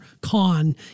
con